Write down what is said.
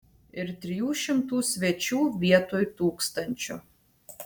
ir trijų šimtų svečių vietoj tūkstančio